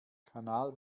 kanal